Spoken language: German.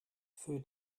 für